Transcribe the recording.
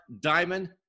diamond